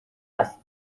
است